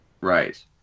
Right